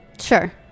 sure